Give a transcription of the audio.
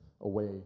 away